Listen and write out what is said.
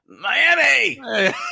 Miami